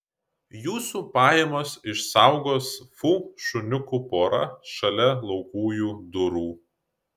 jūsų pajamas išsaugos fu šuniukų pora šalia laukujų durų